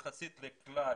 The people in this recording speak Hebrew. יחסית לכלל